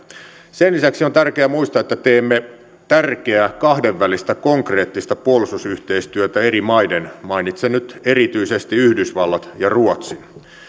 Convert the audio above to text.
sen lisäksi on tärkeää muistaa että teemme tärkeää kahdenvälistä konkreettista puolustusyhteistyötä eri maiden kanssa mainitsen nyt erityisesti yhdysvallat ja ruotsin